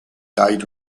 died